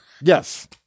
Yes